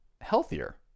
healthier